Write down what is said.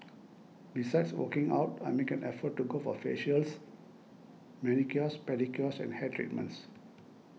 besides working out I make an effort to go for facials manicures pedicures and hair treatments